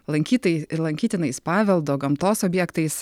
lankytai ir lankytinais paveldo gamtos objektais